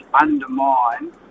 undermine